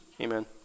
Amen